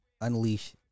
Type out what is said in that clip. unleash